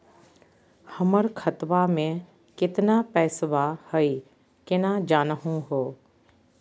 हमर खतवा मे केतना पैसवा हई, केना जानहु हो?